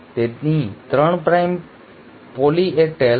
તેની 3 prime poly A tail છે